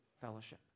fellowship